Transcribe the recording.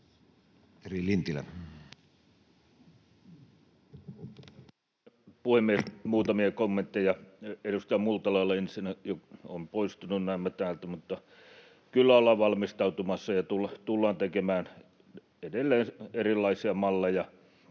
Lintilä. Arvoisa puhemies! Muutamia kommentteja: Edustaja Multalalle ensinnä — on näemmä poistunut täältä: Kyllä ollaan valmistautumassa ja tullaan tekemään edelleen erilaisia malleja.